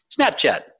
Snapchat